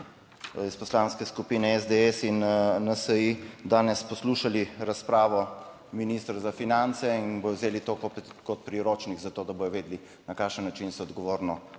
iz Poslanske skupine SDS in NSi danes poslušali razpravo ministra za finance in bodo vzeli to kot priročnik za to, da bodo vedeli, na kakšen način se odgovorno